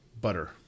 butter